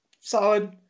Solid